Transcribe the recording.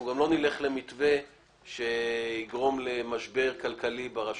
גם לא נלך למתווה שיגרום למשבר כלכלי ברשויות.